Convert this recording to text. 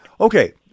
Okay